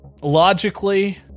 logically